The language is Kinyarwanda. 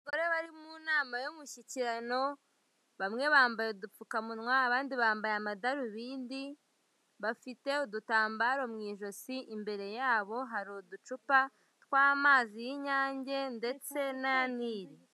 Abagore bari mu nama y'umushyikirano, bamwe bambaye udupfukamunwa abandi bambaye amadarubindi, bafite udutambaro mu ijosi imbere yabo hari uducupa tw'amazi y'inyange ndetse n'aya Nili.